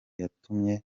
yatumye